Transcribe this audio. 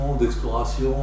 d'exploration